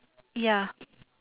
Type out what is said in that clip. ya